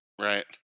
Right